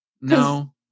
no